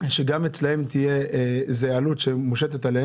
שגם אצלם תהיה איזושהי עלות נוספת,